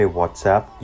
WhatsApp